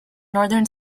northern